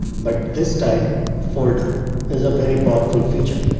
but this time folder is a very powerful feature.